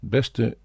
Beste